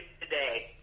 today